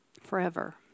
forever